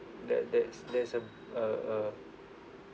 that that's that's a a a